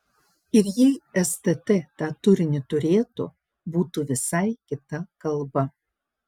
ir jei stt tą turinį turėtų būtų visai kita kalba